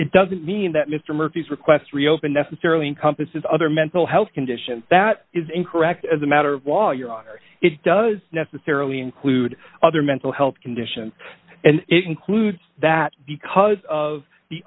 it doesn't mean that mr murphy's requests reopen necessarily encompasses other mental health condition that is incorrect as a matter of law your honor it does necessarily include other mental health conditions and it includes that because of the